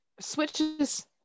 switches